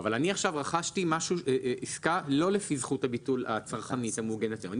רכשתי עסקה לא לפי זכות הביטול הצרכנית המעוגנת היום.